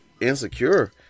insecure